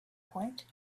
point